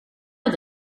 med